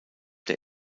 der